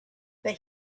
but